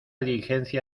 diligencia